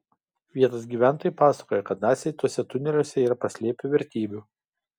vietos gyventojai pasakoja kad naciai tuose tuneliuose yra paslėpę vertybių